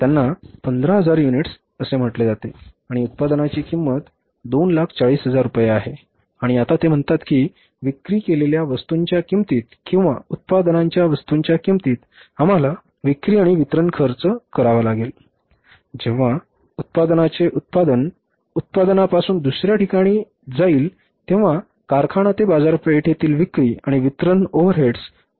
त्यांना 15000 युनिट असे म्हटले जाते आणि उत्पादनाची किंमत 240000 रुपये आहे आणि आता ते म्हणतात की विक्री केलेल्या वस्तूंच्या किंमतीत किंवा उत्पादनांच्या वस्तूंच्या किंमतीत आम्हाला विक्री आणि वितरण खर्च करावा लागेल जेव्हा उत्पादनाचे उत्पादन उत्पादनापासून दुसर्या ठिकाणी उत्पादनाकडे जाईल तेव्हा कारखाना ते बाजारपेठेतील विक्री आणि वितरण ओव्हरहेड्स खर्च करावा लागतो